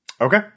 okay